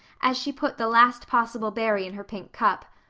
as she put the last possible berry in her pink cup.